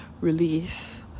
release